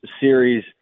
series